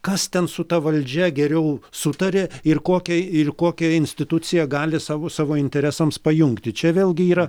kas ten su ta valdžia geriau sutaria ir kokią ir kokią instituciją gali savo savo interesams pajungti čia vėlgi yra